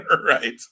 right